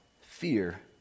fear